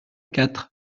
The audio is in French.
quatre